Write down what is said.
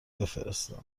بفرستند